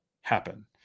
happen